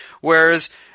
Whereas